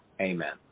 Amen